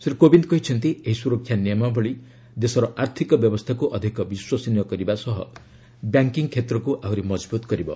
ଶ୍ରୀ କୋବିନ୍ଦ କହିଛନ୍ତି ଏହି ସ୍ରରକ୍ଷା ନିୟମାବଳୀ ଦେଶର ଆର୍ଥିକ ବ୍ୟବସ୍ଥାକ୍ ଅଧିକ ବିଶ୍ୱସନୀୟ କରିବା ସହ ବ୍ୟାଙ୍କିଙ୍ଗ୍ କ୍ଷେତ୍ରକୁ ଆହୁରି ମଜବୁତ କରିବ